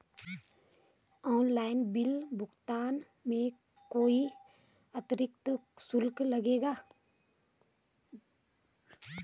Online bill भुगतान में कोई अतिरिक्त शुल्क लगेगा?